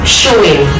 showing